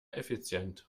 effizient